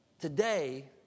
today